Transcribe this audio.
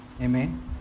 Amen